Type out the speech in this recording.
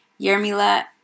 Yermila